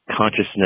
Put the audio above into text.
consciousness